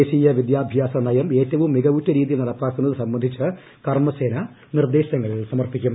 ദേശീയ വിദ്യാഭ്യാസ നയം ഏറ്റവും മികവുറ്റ രീതിയിൽ നടപ്പാക്കുന്നത് സംബന്ധിച്ച് കർമ്മസേന നിർദ്ദേശങ്ങൾ സമർപ്പിക്കും